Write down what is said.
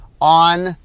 on